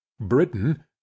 Britain